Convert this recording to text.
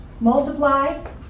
Multiply